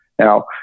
Now